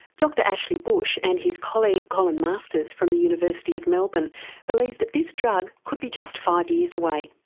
dr ashley bush and his colleague colin masters from the university of melbourne believe that this drug could be just five years away.